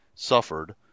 Suffered